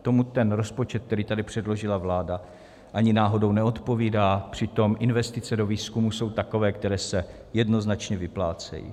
Tomu ten rozpočet, který tady předložila vláda, ani náhodou neodpovídá, přitom investice do výzkumu jsou takové, které se jednoznačně vyplácejí.